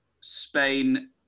Spain